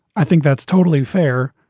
i think that's totally fair.